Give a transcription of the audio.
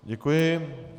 Děkuji.